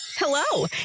Hello